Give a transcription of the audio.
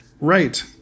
Right